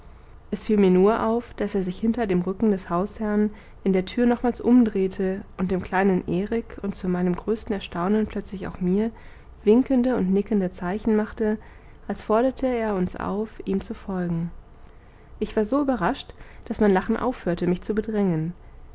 es fiel mir nur auf daß er sich hinter dem rücken des hausherrn in der tür nochmals umdrehte und dem kleinen erik und zu meinem größten erstaunen plötzlich auch mir winkende und nickende zeichen machte als forderte er uns auf ihm zu folgen ich war so überrascht daß mein lachen aufhörte mich zu bedrängen